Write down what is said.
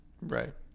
Right